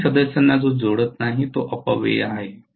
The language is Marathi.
दोन्ही सदस्यांना जो जोडत नाही तो अपव्यय आहे